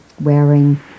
wearing